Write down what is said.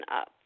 up